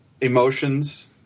emotions